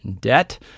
debt